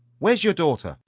where's your daughter?